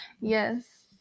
Yes